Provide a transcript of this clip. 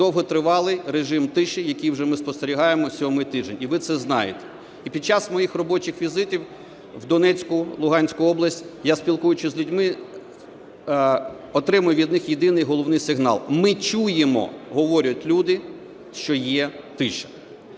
довготривалий режим тиші, який ми вже спостерігаємо сьомий тиждень, і ви це знаєте. І під час моїх робочих візитів в Донецьку і Луганську області я, спілкуючись з людьми отримую від них єдиний головний сигнал: ми чуємо, – говорять люди, – що є тиша.